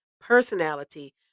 personality